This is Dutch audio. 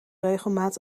regelmaat